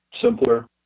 simpler